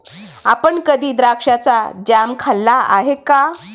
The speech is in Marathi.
आपण कधी द्राक्षाचा जॅम खाल्ला आहे का?